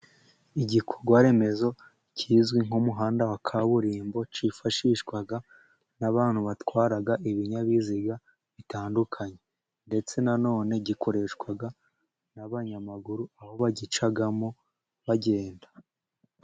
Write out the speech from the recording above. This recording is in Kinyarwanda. Igikorwaremezo kizwi nk'umuhanda wa kaburimbo cyifashishwa n'abantu batwara ibinyabiziga bitandukanye, ndetse nanone gikoreshwa n'abanyamaguru, aho bagicamo bagenda.